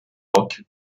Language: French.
roch